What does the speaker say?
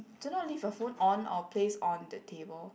do not leave your phone on or place on the table